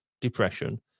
depression